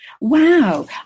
wow